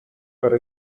for